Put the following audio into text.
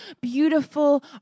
beautiful